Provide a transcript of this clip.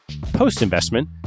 Post-investment